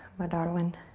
my darlin'.